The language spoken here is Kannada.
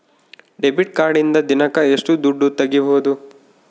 ಡೆಬಿಟ್ ಕಾರ್ಡಿನಿಂದ ದಿನಕ್ಕ ಎಷ್ಟು ದುಡ್ಡು ತಗಿಬಹುದು?